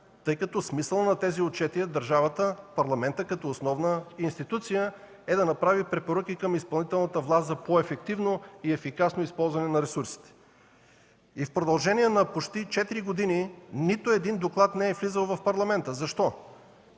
тъй като смисълът на тези отчети е съответната държава парламентът като основна институция да направи препоръки към изпълнителната власт за по-ефективно и ефикасно използване на финансите. В продължение на почти четири години нито един доклад не е влизал в Парламента. Защо?